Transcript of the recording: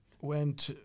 went